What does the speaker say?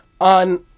on